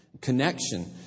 connection